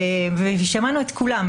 ושמענו את כולם,